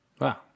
wow